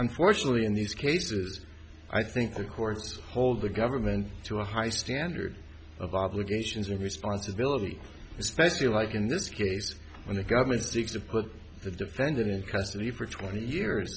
nfortunately in these cases i think the courts hold the government to a high standard of obligations or responsibility especially like in this case when the government seeks to put the defendant in custody for twenty